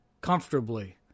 comfortably